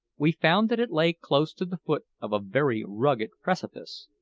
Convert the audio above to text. we found that it lay close to the foot of a very rugged precipice,